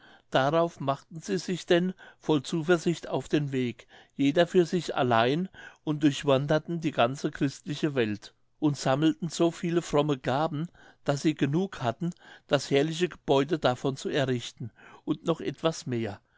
darauf machten sie sich denn voll zuversicht auf den weg jeder für sich allein und durchwanderten die ganze christliche welt und sammelten so viele fromme gaben daß sie genug hatten das herrliche gebäude davon zu errichten und noch etwas mehr